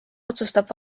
otsustab